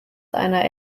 einer